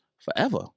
forever